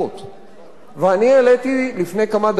אני העליתי לפני כמה דקות כאן במליאה